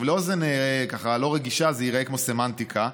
לאוזן לא רגישה זה ייראה כמו סמנטיקה,